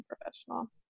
professional